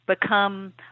become